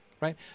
right